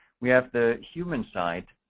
we have the human side,